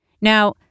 Now